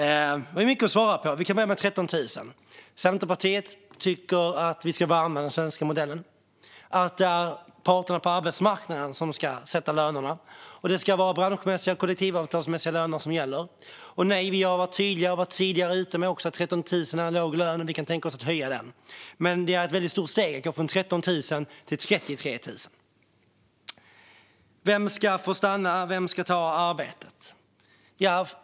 Fru talman! Det var mycket att svara på. Vi kan börja med de 13 000 kronorna. Centerpartiet tycker att vi ska värna den svenska modellen. Det är parterna på arbetsmarknaden som ska sätta lönerna. Det ska vara branschmässiga och kollektivavtalsmässiga löner som gäller. Nej, vi har varit tydliga med, och var tidigare också ute med, att 13 000 är en låg lön och att vi kan tänka oss att höja den. Men det är ett väldigt stort steg att gå från 13 000 till 33 000. Vem ska få stanna? Vem ska ta arbetet?